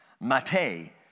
Mate